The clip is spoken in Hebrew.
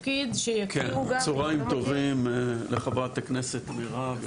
צהריים טובים לחברת הכנסת מירב,